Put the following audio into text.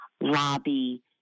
lobby